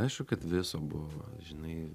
aišku kad viso buvo žinai